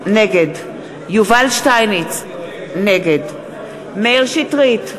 נגד יובל שטייניץ, נגד מאיר שטרית,